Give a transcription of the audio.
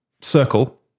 circle